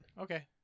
Okay